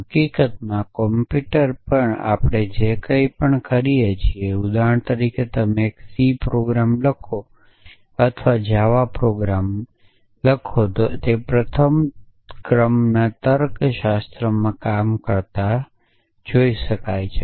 હકીકતમાં કમ્પ્યુટર પર આપણે જે કંઇ પણ કરીએ છીએ ઉદાહરણ તરીકે તમે એક C પ્રોગ્રામ લખો અથવા જાવા પ્રોગ્રામ પ્રથમ ક્રમમાં તર્કશાસ્ત્રમાં કામ કરતા જોઇ શકાય છે